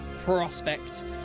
prospect